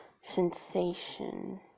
sensation